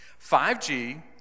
5G